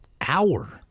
Hour